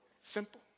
Simple